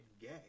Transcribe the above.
gay